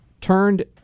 turned